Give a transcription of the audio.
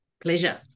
Pleasure